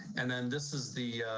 and then this is the